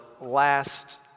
last